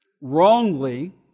wrongly